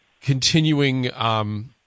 continuing